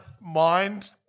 mind